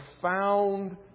Profound